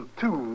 two